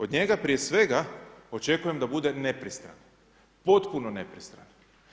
Od njega prije svega očekujem da bude nepristran, potpuno nepristran.